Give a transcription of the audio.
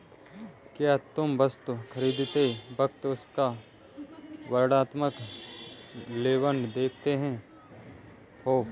क्या तुम वस्तु खरीदते वक्त उसका वर्णात्मक लेबल देखते हो?